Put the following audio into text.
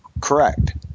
Correct